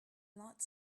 light